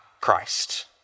Christ